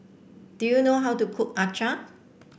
do you know how to cook acar